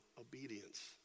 obedience